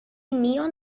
neon